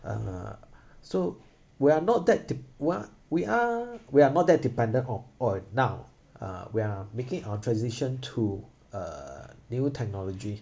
uh so we're not that de~ we are we are we are not that dependent on oil now uh we are making a transition to uh new technology